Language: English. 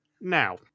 Now